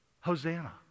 Hosanna